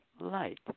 light